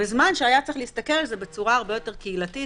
בזמן שהיה צריך להסתכל על זה בצורה הרבה יותר קהילתית,